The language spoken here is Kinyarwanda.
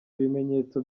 ibimenyetso